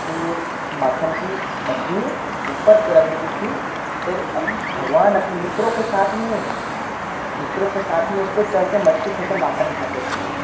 अपनी वो माखन की मटकी ऊपर रख देती थी तो अप भगवान अपने मित्रों के साथ में मित्रों के साथ में उस पर चढ़ कर मटकी फोड़ कर माखन खाते थे